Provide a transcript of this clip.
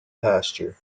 pasteur